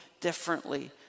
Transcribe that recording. differently